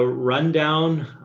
ah rundown,